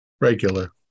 Regular